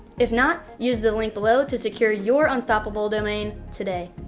if not, use the link below to secure your unstoppable domain today.